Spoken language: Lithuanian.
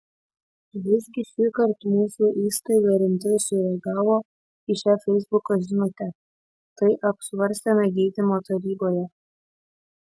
visgi šįkart mūsų įstaiga rimtai sureagavo į šią feisbuko žinutę tai apsvarstėme gydymo taryboje